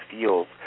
feels